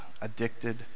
addicted